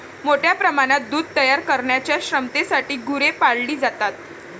मोठ्या प्रमाणात दूध तयार करण्याच्या क्षमतेसाठी गुरे पाळली जातात